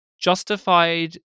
justified